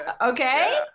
okay